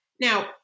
Now